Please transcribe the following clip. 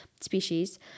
species